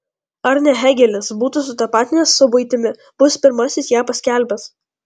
ar ne hėgelis būtį sutapatinęs su buitimi bus pirmasis ją paskelbęs